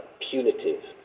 punitive